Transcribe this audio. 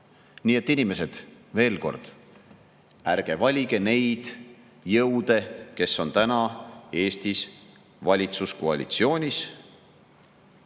et, inimesed, veel kord: ärge valige neid jõude, kes on täna Eestis valitsuskoalitsioonis!